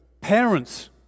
parents